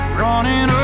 running